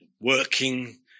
working